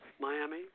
Miami